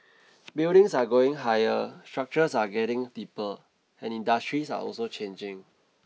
buildings are going higher structures are getting deeper and industries are also changing